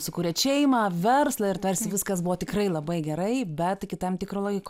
sukūrėt šeimą verslą ir tarsi viskas buvo tikrai labai gerai bet iki tam tikro laiko